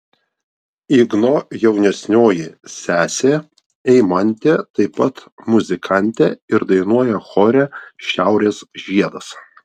igno jaunesnioji sesė eimantė taip pat muzikantė ir dainuoja chore šiaurės žiedas